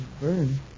burn